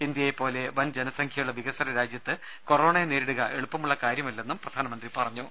ഇന്ത്യയെപ്പോലെ വൻജനസംഖ്യയുള്ള വികസ്വര രാജ്യത്ത് കൊറോണയെ നേരിടുക എളുപ്പമുള്ള കാര്യമല്ലെന്നും പ്രധാനമന്ത്രി പറഞ്ഞു